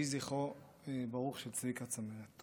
יהי זכרו של צביקה צמרת ברוך.